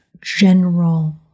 general